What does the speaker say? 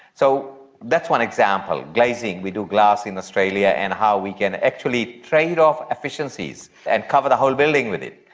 so that's one example. glazing, we do glass in australia, and how we can actually trade off efficiencies and cover the whole building with it,